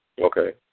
Okay